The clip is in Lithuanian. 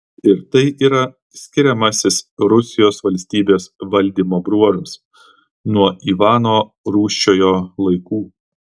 ir tai yra skiriamasis rusijos valstybės valdymo bruožas nuo ivano rūsčiojo laikų